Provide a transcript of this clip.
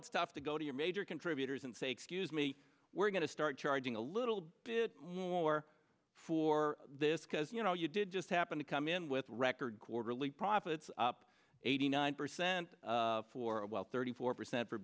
it's tough to go to your major contributors and say excuse me we're going to start charging a little bit more for this because you know you did just happen to come in with record quarterly profits up eighty nine percent for a while thirty four percent for